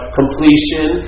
completion